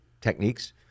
techniques